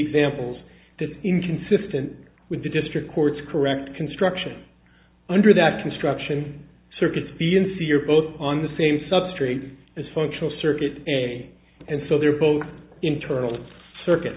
examples that is inconsistent with the district court's correct construction under that construction circuits b n c are both on the same substrate as functional circuit amy and so they're both internal circuit